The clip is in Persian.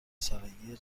سالگی